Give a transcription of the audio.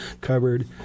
covered